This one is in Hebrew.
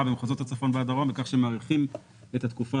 במחוזות הצפון והדרום על ידי זה שמאריכים את התקופה